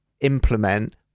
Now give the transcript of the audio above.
implement